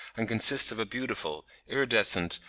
and consist of a beautiful, iridescent,